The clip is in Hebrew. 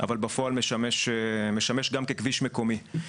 אבל בפועל הוא משמש גם ככביש מקומי,